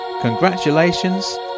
congratulations